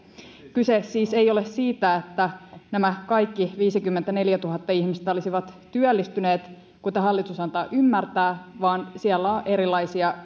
kyse ei siis ole siitä että nämä kaikki viisikymmentäneljätuhatta ihmistä olisivat työllistyneet kuten hallitus antaa ymmärtää vaan siellä on erilaisia